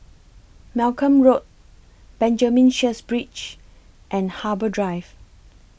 Malcolm Road Benjamin Sheares Bridge and Harbour Drive